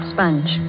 Sponge